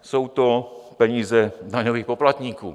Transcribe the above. Jsou to peníze daňových poplatníků.